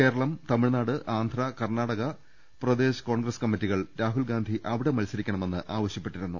Keralam Tamil Nadu Andhra Karnataka പ്രദേശ്നകോൺഗ്രസ് കമ്മിറ്റികൾ രാഹുൽഗാന്ധി അവിടെ മത്സരിക്കണമെന്ന് ആവശ്യപ്പെട്ടി രുന്നു